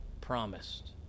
promised